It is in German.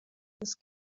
des